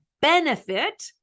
benefit